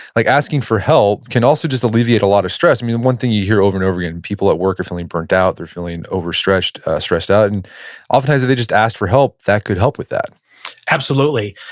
like asking for help can also just alleviate a lot of stress. i mean, one thing you hear over and over again, people at work are feeling burned out. they're feeling overstretched, stressed out and oftentimes if they just asked for help that could help with that absolutely.